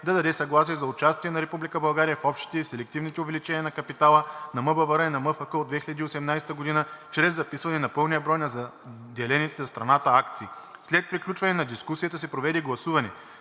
да даде съгласие за участие на Република България в Общите и в Селективните увеличения на капитала на МБВР и на МФК от 2018 г. чрез записване на пълния брой на заделените за страната акции. След приключване на дискусията се проведе гласуване,